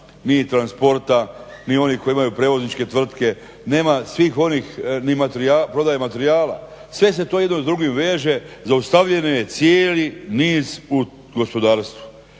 ni transporta, ni onih koji imaju prijevozničke tvrtke, nema svih onih ni prodaje materijala. Sve se to jedno s drugim veže, zaustavljen je cijeli niz u gospodarstvu.